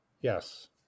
Yes